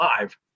live